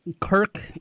Kirk